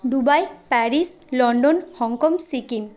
Dubai Paris London Hong Kong Sikkim